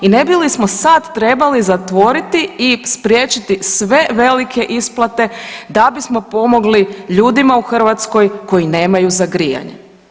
I ne bi li smo sada trebali zatvoriti i spriječiti sve velike isplate da bismo pomogli ljudima u Hrvatskoj koji nemaju za grijanje?